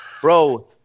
Bro